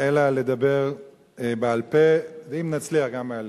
אלא לדבר בעל-פה, ואם נצליח גם מהלב.